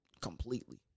completely